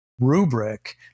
rubric